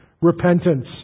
repentance